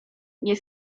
nie